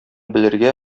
белергә